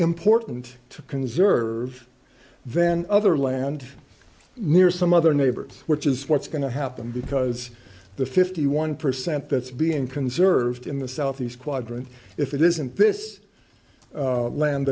important to conserve then other land near some other neighbors which is what's going to happen because the fifty one percent that's being conserved in the southeast quadrant if it isn't this land